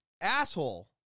asshole